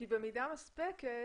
"במידה מספקת",